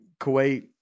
Kuwait